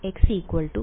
വിദ്യാർത്ഥി x kr